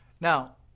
Now